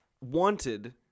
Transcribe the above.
wanted